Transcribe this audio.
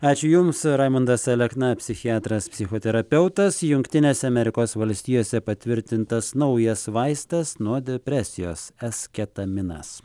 ačiū jums raimundas alekna psichiatras psichoterapeutas jungtinėse amerikos valstijose patvirtintas naujas vaistas nuo depresijos s ketaminas